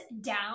down